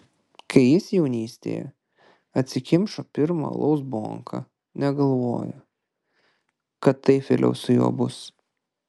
kai jis jaunystėje atsikimšo pirmą alaus bonką negalvojo kad taip vėliau su juo bus